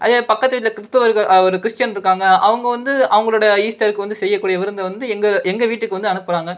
அதே பக்கத்து வீட்டில் கிறித்துவர்கள் ஒரு கிறிஸ்டியன் இருக்காங்க அவங்க வந்து அவர்களோட ஈஸ்டருக்கு வந்து செய்யக்கூடிய விருந்தை வந்து எங்கள் எங்கள் வீட்டுக்கு வந்து அனுப்புகிறாங்க